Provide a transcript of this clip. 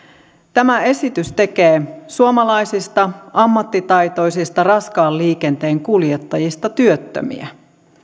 tämä esitys tekee suomalaisista ammattitaitoisista raskaan liikenteen kuljettajista työttömiä